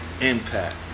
Impact